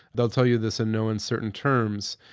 they'll tell you this in no uncertain terms,